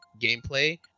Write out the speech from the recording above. gameplay